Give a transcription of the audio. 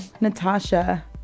Natasha